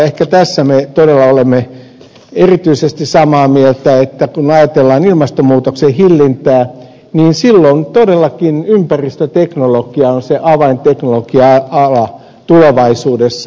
ehkä tässä me todella olemme erityisesti samaa mieltä että kun ajatellaan ilmastonmuutoksen hillintää niin silloin todellakin ympäristöteknologia on se avainteknologia ala tulevaisuudessa